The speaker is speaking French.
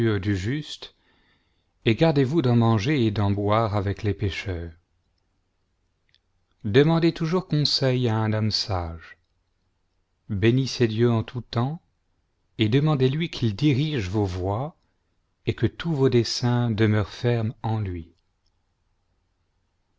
du juste et gardez-vous d'en manger et d'en boire avec les pêcheurs demandez toujours conseil à un homme sage bénissez dieu en tout temps et demandez-lui qu'il dirige vos voies et que tous vos desseins demeurent fermes en lui